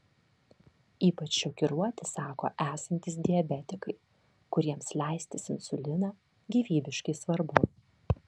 ypač šokiruoti sako esantys diabetikai kuriems leistis insuliną gyvybiškai svarbu